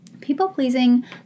People-pleasing